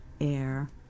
air